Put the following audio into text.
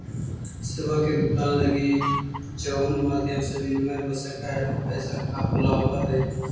सेवा के भुगतान लगी जउन माध्यम से विनिमय हो सकऽ हई उ पैसा कहलावऽ हई